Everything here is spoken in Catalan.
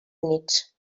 units